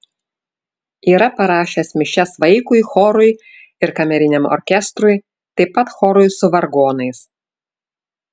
yra parašęs mišias vaikui chorui ir kameriniam orkestrui taip pat chorui su vargonais